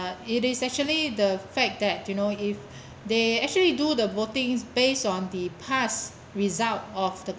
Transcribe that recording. it is actually the fact that you know if they actually do the votings based on the past result of the